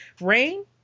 Rain